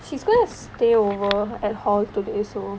she's gonna stay over at hall today so